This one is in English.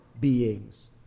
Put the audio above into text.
beings